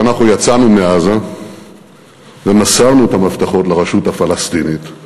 כשאנחנו יצאנו מעזה ומסרנו את המפתחות לרשות הפלסטינית,